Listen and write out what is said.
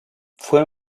fue